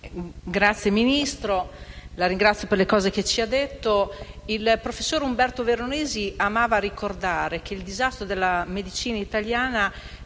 Signor Ministro, la ringrazio per quanto ci ha detto. Il professor Umberto Veronesi amava ricordare che il disastro della medicina italiana